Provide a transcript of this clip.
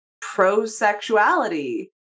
pro-sexuality